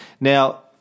Now